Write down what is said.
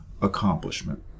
accomplishment